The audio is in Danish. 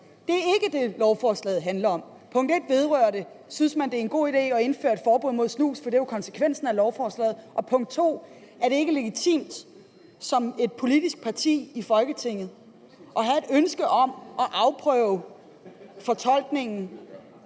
Det er ikke det, lovforslaget handler om. Det vedrører, punkt 1, om man synes, det er en god idé at indføre et forbud mod snus, for det er jo konsekvensen af lovforslaget. Og det vedrører, punkt 2, om det ikke er legitimt som et politisk parti i Folketinget at have et ønske om at afprøve fortolkningen